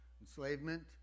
enslavement